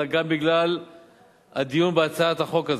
אלא גם בגלל הדיון בהצעת החוק הזאת.